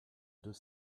deux